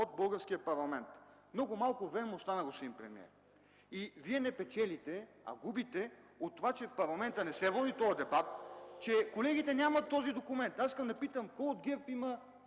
от българския парламент. Много малко време остана, господин премиер. И Вие не печелите, а губите от това, че в парламента не се води този дебат, че колегите нямат този документ. (Шум и реплики от ГЕРБ.)